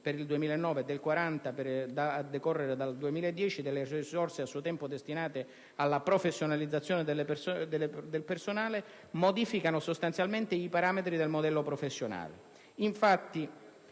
nel 2009 e del 40 per cento a decorrere dall'anno 2010 delle risorse a suo tempo destinate alla professionalizzazione, modificano sostanzialmente i parametri del modello professionale. Infatti,